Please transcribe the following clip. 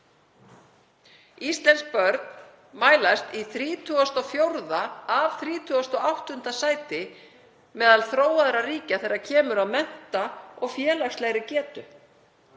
Íslensk börn mælast í 34. af 38. sæti meðal þróaðra ríkja þegar kemur að mennta- og félagslegri getu.